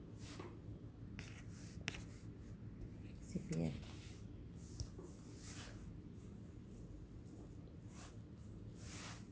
C_P_F